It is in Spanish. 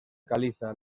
caliza